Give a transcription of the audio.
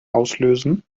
auslösen